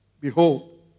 Behold